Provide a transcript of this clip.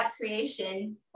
creation